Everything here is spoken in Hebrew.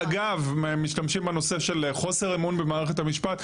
אגב משתמשים בנושא של חוסר אמון במערכת המשפט,